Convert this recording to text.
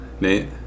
Nate